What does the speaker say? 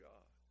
God